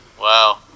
Wow